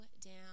down